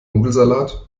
nudelsalat